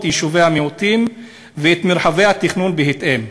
יישובי המיעוטים ואת מרחבי התכנון בהתאם,